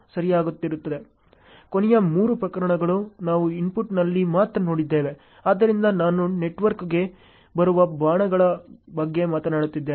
ಕೊನೆಯ ಮೂರು ಪ್ರಕರಣಗಳು ನಾವು ಇನ್ಪುಟ್ನಲ್ಲಿ ಮಾತ್ರ ನೋಡಿದ್ದೇವೆ ಆದ್ದರಿಂದ ನಾನು ನೆಟ್ವರ್ಕ್ಗೆ ಬರುವ ಬಾಣಗಳ ಬಗ್ಗೆ ಮಾತನಾಡುತ್ತಿದ್ದೇನೆ